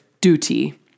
duty